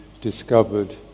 discovered